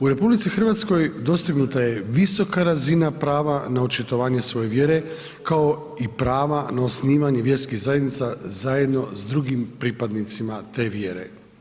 U RH dostignuta je visoka razina prava na očitovanje svoje vjere kao i prava na osnivanje vjerskih zajednica zajedno sa drugim pripadnicima te vjere.